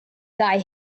thy